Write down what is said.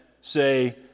say